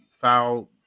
foul